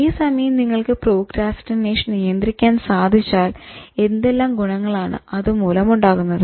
അതേസമയം നിങ്ങൾക്ക് പ്രോക്രാസ്റ്റിനേഷൻ നിയന്ത്രിക്കാൻ സാധിച്ചാൽ എന്തെല്ലാം ഗുണങ്ങളാണ് അതുമൂലം ഉണ്ടാകുന്നത്